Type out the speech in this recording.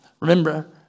Remember